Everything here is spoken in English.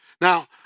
Now